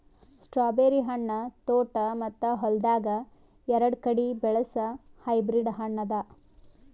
strawberry ಹಣ್ಣ ತೋಟ ಮತ್ತ ಹೊಲ್ದಾಗ್ ಎರಡು ಕಡಿ ಬೆಳಸ್ ಹೈಬ್ರಿಡ್ ಹಣ್ಣ ಅದಾ